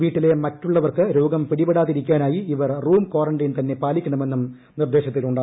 വീട്ടിലെ മറ്റുള്ളവർക്ക് രോഗം പിടിപെടാതിരിക്കാനായി ഇവർ റൂം കാറന്റൈൻ തന്നെ പാലിക്കണമെന്നും നിർദേശത്തിലുണ്ട്